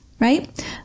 right